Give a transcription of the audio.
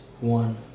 one